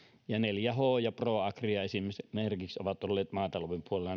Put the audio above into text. ja neljä h ja proagria esimerkiksi esimerkiksi ovat olleet maatalouden puolella